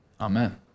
Amen